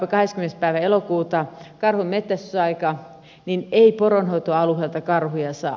päivä elokuuta karhunmetsästysaika niin ei poronhoitoalueelta karhuja saa